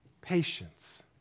patience